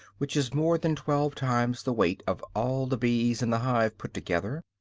which is more than twelve times the weight of all the bees in the hive put together,